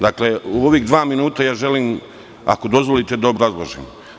Dakle, u ovih dva minuta želim, ako dozvolite da obrazložim.